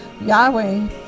Yahweh